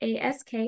ASK